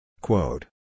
Quote